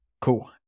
Cool